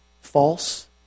false